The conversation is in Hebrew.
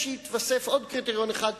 אחרי עוול,